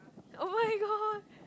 oh-my-god